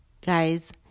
guys